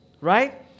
right